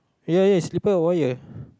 yeah yeah slipper wire